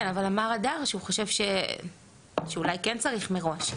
אבל הדר חושב שאולי כן צריך מראש,